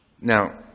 Now